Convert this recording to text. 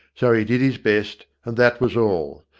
so he did his best, and that was all.